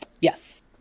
Yes